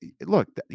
look